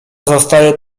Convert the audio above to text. zostaje